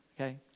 Okay